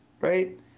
right